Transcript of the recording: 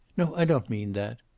no, i don't mean that.